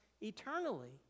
eternally